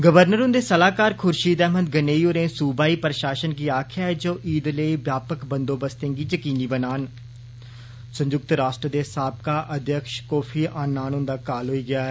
governor हुंदे सलाहकार खुर्शीद अहमद गनई होरें सूबाई प्रशासन गी आक्खेआ ऐ जे ओ ईद लेई व्यापक बंदोबस्तें गी यकीनी बनान संयुक्त राष्ट्र दे साबका अध्यक्ष कोफी अन्नान हुंदा काल होई गेआ ऐ